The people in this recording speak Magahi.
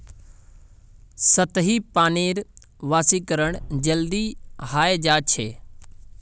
सतही पानीर वाष्पीकरण जल्दी हय जा छे